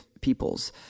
peoples